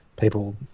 people